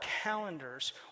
calendars